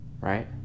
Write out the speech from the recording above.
right